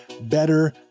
better